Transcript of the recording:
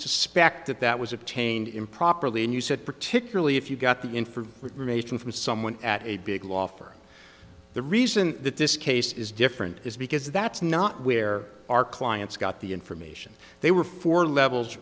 suspect that that was obtained improperly and you said particularly if you got the information from someone at a big law firm the reason that this case is different is because that's not where our clients got the information they were four levels